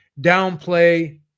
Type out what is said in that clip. downplay